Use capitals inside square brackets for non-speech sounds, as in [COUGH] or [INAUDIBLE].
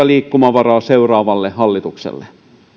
[UNINTELLIGIBLE] liikkumavaran seuraavalle hallitukselle